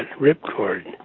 ripcord